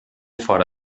fora